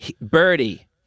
Birdie